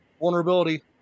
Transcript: vulnerability